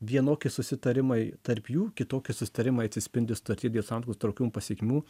vienoki susitarimai tarp jų kitoki susitarimai atsispindi sutarty dėl santuokos nutraukimo pasekmių